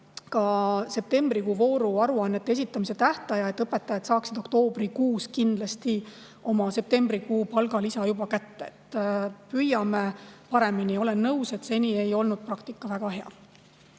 ka septembrikuu vooru aruannete esitamise tähtaja, et õpetajad saaksid oktoobrikuus kindlasti oma septembrikuu palgalisa kätte. Püüame paremini! Olen nõus, et seni ei ole praktika väga hea